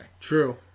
True